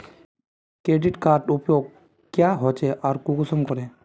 Credit कार्डेर उपयोग क्याँ होचे आर कुंसम करे?